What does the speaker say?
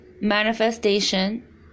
manifestation